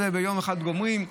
וביום אחד גומרים.